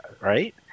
right